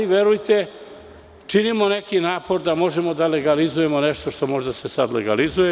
Ali, verujte, činimo neki napor da možemo da legalizujemo nešto što može sada da se legalizuje.